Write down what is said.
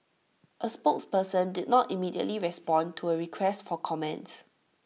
A spokesperson did not immediately respond to A request for comments